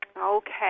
Okay